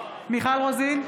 רוזין,